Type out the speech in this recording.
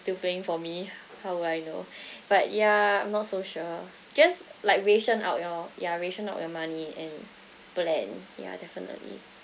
still paying for me how would I know but yeah not so sure just like ration out your ya ration out your money and plan yeah definitely